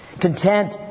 Content